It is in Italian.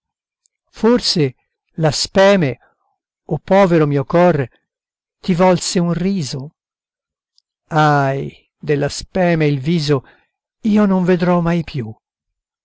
forse la speme o povero mio cor ti volse un riso ahi della speme il viso io non vedrò mai più